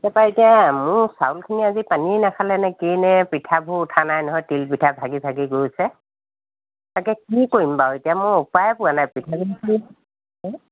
তাপা এতিয়া মোৰ চাউলখিনি আজি পানীয়ে নাখালেনে কিয়েনে পিঠাবোৰ উঠা নাই নহয় তিলপিঠা ভাগি ভাগি গৈছে তাকে কি কৰিম বাৰু এতিয়া মোৰ উপায়ে পোৱা নাই পিঠাগুড়িখিনি